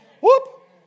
Whoop